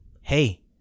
hey